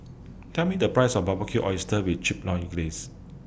Tell Me The Price of Barbecued Oysters with Chipotle Glaze